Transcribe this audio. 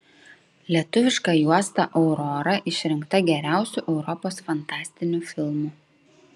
lietuviška juosta aurora išrinkta geriausiu europos fantastiniu filmu